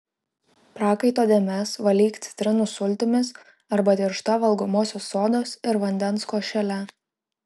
prakaito dėmes valyk citrinų sultimis arba tiršta valgomosios sodos ir vandens košele